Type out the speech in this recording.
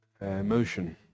motion